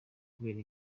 kubera